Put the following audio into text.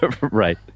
Right